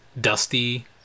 dusty